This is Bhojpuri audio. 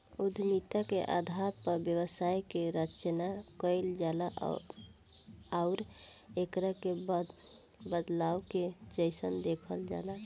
उद्यमिता के आधार पर व्यवसाय के रचना कईल जाला आउर एकरा के बदलाव के जइसन देखल जाला